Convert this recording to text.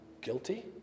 guilty